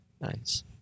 Nice